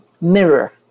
mirror